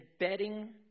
embedding